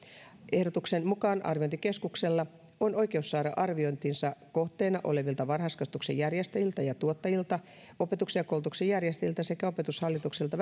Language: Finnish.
ehdotuksen mukaan arviointikeskuksella on oikeus saada arviointinsa kohteena olevilta varhaiskasvatuksen järjestäjiltä ja tuottajilta opetuksen ja koulutuksen järjestäjiltä sekä opetushallitukselta